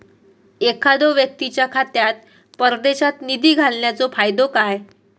एखादो व्यक्तीच्या खात्यात परदेशात निधी घालन्याचो फायदो काय?